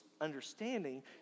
understanding